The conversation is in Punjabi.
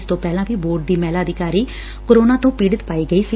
ਇਸ ਤੋਂ ਪਹਿਲਾਂ ਵੀ ਬੋਰਡ ਦੀ ਮਹਿਲਾ ਅਧਿਕਾਰੀ ਕੋਰੋਨਾ ਤੋਂ ਪੀਤਤ ਪਾਈ ਗਈ ਸੀ